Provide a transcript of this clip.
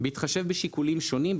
בהתחשב בשיקולים שונים,